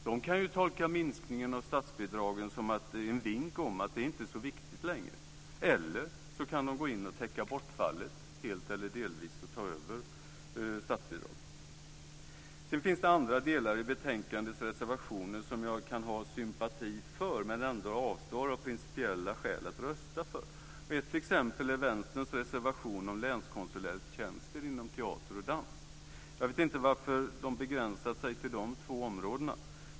De kan ju tolka minskningen av statsbidragen som en vink om att det inte är så viktigt längre, eller så kan de gå in och täcka bortfallet helt eller delvis och ta över statsbidragen. Sedan finns det andra delar i betänkandets reservationer som jag kan ha sympati för, men som jag av principiella skäl ändå avstår från att rösta för. Ett exempel är Vänsterns reservation om länskonsulenttjänster inom teater och dans. Jag vet inte varför de har begränsat sig till dessa två område.